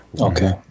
okay